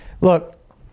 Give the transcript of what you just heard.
look